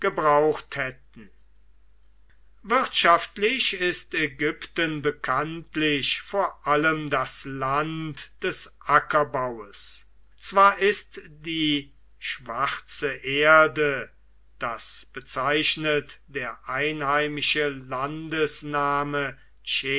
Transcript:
gebraucht hätten wirtschaftlich ist ägypten bekanntlich vor allem das land des ackerbaues zwar ist die schwarze erde das bezeichnet der einheimische